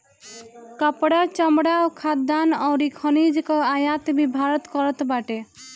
कपड़ा, चमड़ा, खाद्यान अउरी खनिज कअ आयात भी भारत करत बाटे